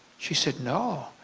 she said no,